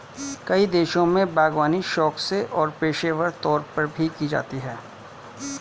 कई देशों में बागवानी शौक से और पेशेवर तौर पर भी की जाती है